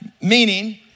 Meaning